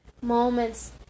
moments